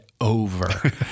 over